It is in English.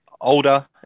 older